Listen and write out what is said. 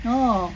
orh